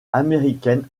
américaine